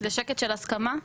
זה שקט של הסכמה?